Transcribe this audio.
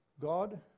God